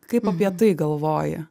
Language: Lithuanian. kaip apie tai galvoji